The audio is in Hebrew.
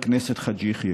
חבר הכנסת חאג' יחיא.